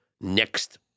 next